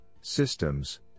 systems